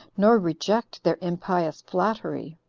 nor reject their impious flattery.